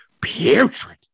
putrid